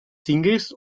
singles